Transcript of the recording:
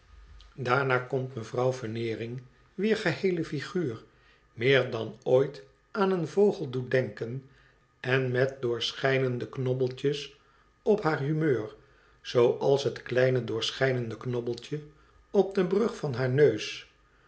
komt mevrouw veneering wier geheele figuur meer dan ooit aan een vogel doet denken en met doorschijnende knobbeltjes op haar humeur zooals het kleine doorschijnende knobbeltje op de brug van haar neus